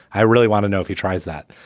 i really want to know if he tries that.